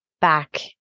back